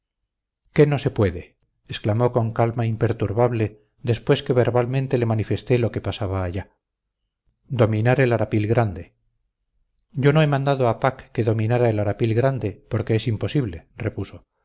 qué no se puede exclamó con calma imperturbable después que verbalmente le manifesté lo que pasaba allá dominar el arapil grande yo no he mandado a pack que dominara el arapil grande porque es imposible repuso